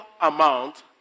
amount